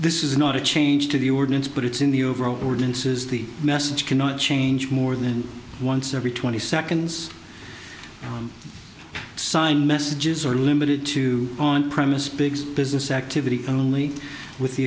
this is not a change to the ordinance but it's in the overall ordinances the message cannot change more than once every twenty seconds sign messages are limited to on premise big business activity only with the